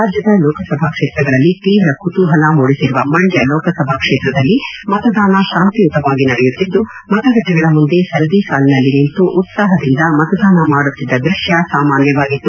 ರಾಜ್ಯದ ಲೋಕಸಭಾ ಕ್ಷೇತ್ರಗಳಲ್ಲಿ ತೀವ್ರ ಕುತೂಹಲ ಮೂಡಿಸಿರುವ ಮಂದ್ಯ ಲೋಕಸಭಾ ಕ್ಷೇತ್ರದಲ್ಲಿ ಮತದಾನ ಶಾಂತಿಯುತವಾಗಿ ನಡೆಯುತ್ತಿದ್ದು ಮತಗಟ್ಟಿಗಳ ಮುಂದೆ ಸರದಿ ಸಾಲಿನಲ್ಲಿ ನಿಂತು ಉತ್ಸಾಹದಿಂದ ಮತದಾನ ಮಾದುತ್ತಿದ್ದ ದೃಶ್ಯ ಸಾಮಾನ್ಯವಾಗಿತ್ತು